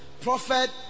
Prophet